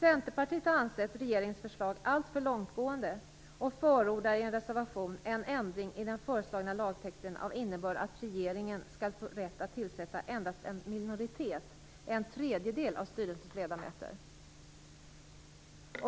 Centerpartiet har ansett regeringens förslag alltför långtgående och förordar i en reservation en ändring i den föreslagna lagtexten av innebörd att regeringen skall få rätt att tillsätta endast en minoritet - en tredjedel - av styrelsens ledamöter.